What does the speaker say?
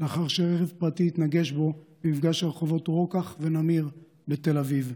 לאחר שרכב פרטי התנגש בו במפגש הרחובות רוקח-נמיר בתל אביב.